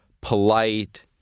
polite